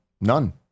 None